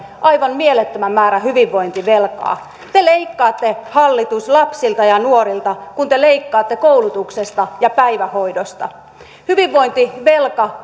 aivan mielettömän määrän hyvinvointivelkaa te leikkaatte hallitus lapsilta ja nuorilta kun te leikkaatte koulutuksesta ja päivähoidosta hyvinvointivelka